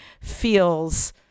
feels